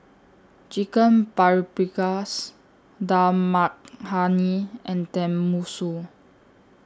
Chicken Paprikas Dal Makhani and Tenmusu